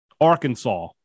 Arkansas